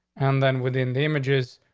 and then within the images,